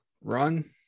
run